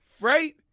right